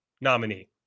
nominee